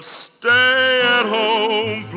stay-at-home